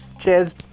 cheers